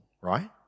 right